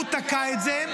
והוא תקע את זה,